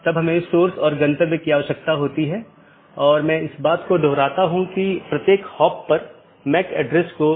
BGP पड़ोसी या BGP speaker की एक जोड़ी एक दूसरे से राउटिंग सूचना आदान प्रदान करते हैं